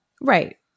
Right